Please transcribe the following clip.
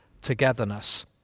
togetherness